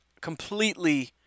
completely